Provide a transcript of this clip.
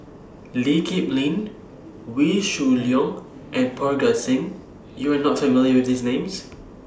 Lee Kip Lin Wee Shoo Leong and Parga Singh YOU Are not with These Names